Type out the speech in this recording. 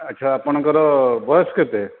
ଆଚ୍ଛା ଆପଣଙ୍କର ବୟସ କେତେ